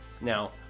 Now